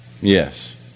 yes